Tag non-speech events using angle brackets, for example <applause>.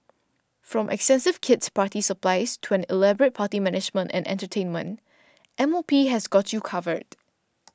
from <unintelligible> kid's party supplies to an elaborate party management and entertainment M O P has got you covered